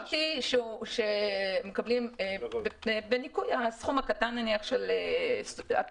המשמעות היא שמוחזר הכסף בניכוי הסכום הקטן של הטעימות,